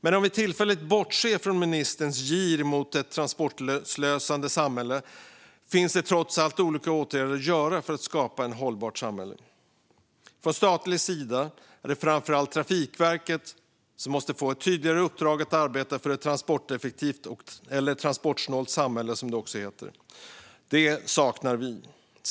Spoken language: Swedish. Men om vi tillfälligt bortser från ministerns gir mot ett transportslösande samhälle ser vi att det trots allt finns olika åtgärder att vidta för att skapa ett hållbart samhälle. På den statliga sidan är det framför allt Trafikverket som måste få ett tydligare uppdrag att arbeta för ett transporteffektivt samhälle - eller transportsnålt, som det också heter. Det saknar vi.